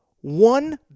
one